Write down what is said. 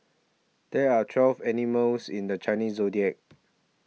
there are twelve animals in the Chinese zodiac